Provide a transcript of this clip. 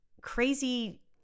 crazy